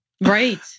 Right